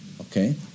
Okay